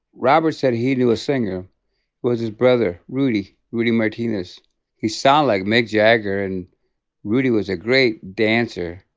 robert said he knew a singer was his brother rudy. rudy martinez he sang like mick jagger and rudy was a great dancer.